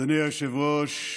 אדוני היושב-ראש,